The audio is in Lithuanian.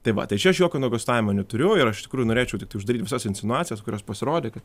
tai va tai čia aš jokio nuogąstavimo neturiu ir aš iš tikrųjų norėčiau uždaryti visas insinuacijas kurios pasirodė kad